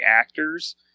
actors